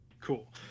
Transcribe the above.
Cool